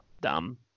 dumb